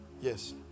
yes